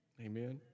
Amen